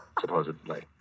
supposedly